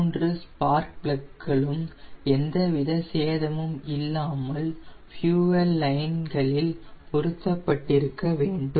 மூன்று spark plug களும் எந்த வித சேதமும் இல்லாமல் ஃபியூயெல் லைன் களில் பொருத்தப்பட்டிருக்க வேண்டும்